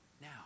now